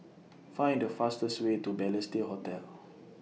Find The fastest Way to Balestier Hotel